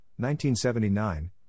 1979